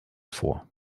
vor